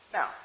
Now